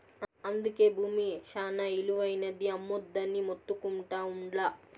అందుకే బూమి శానా ఇలువైనది, అమ్మొద్దని మొత్తుకుంటా ఉండ్లా